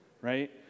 right